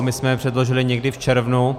My jsme je předložili někdy v červnu.